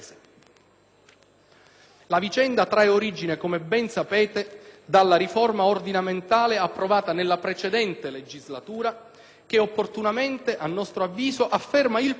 La vicenda trae origine, come ben sapete, dalla riforma ordinamentale approvata nella precedente legislatura che opportunamente, a nostro avviso, afferma il principio